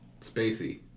spacey